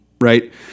Right